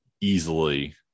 easily